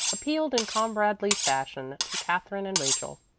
appealed in comradely fashion to katherine and rachel.